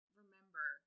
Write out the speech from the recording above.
remember